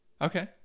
Okay